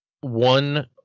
one